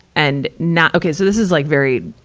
and not okay, so this is like very,